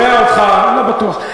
לא בטוח, אני שומע אותך, לא בטוח.